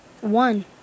one